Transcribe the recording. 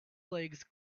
legs